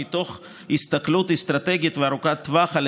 מתוך הסתכלות אסטרטגית וארוכת טווח על